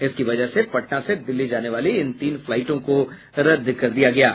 इसकी वजह से पटना से दिल्ली जाने वाली इन तीन फ्लाईटों को रद्द किया गया है